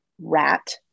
rat